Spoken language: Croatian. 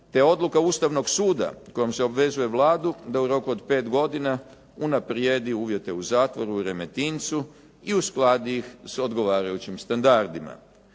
te odluka Ustavnog suda kojom se obvezuje Vladu da u roku od 5 godina unaprijedi uvjete u zatvoru u Remetincu i uskladi ih sa odgovarajućim standardima.